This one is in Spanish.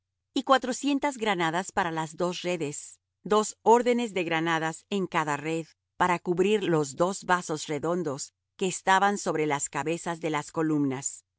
y cuatrocientas granadas para las dos redes dos órdenes de granadas en cada red para cubrir los dos vasos redondos que estaban sobre las cabezas de las columnas y